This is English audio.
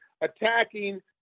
attacking